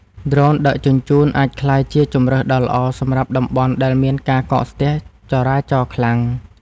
ដ្រូនដឹកជញ្ជូន អាចក្លាយជាជម្រើសដ៏ល្អសម្រាប់តំបន់ដែលមានការកកស្ទះចរាចរណ៍ខ្លាំង។